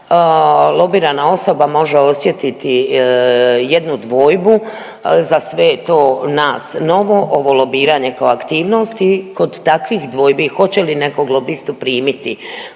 lobirana osoba može osjetiti jednu dvojbu. Za sve je to nas novo, ovo lobiranje kao aktivnost i kod takvih dvojbi hoće li nekog lobistu primiti,